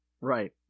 Right